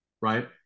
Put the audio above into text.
right